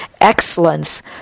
excellence